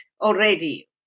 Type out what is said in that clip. already